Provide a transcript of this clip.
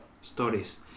stories